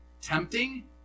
tempting